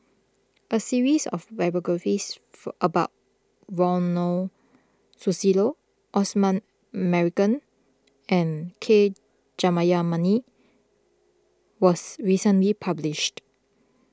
a series of biographies for about Ronald Susilo Osman Merican and K Jayamani was recently published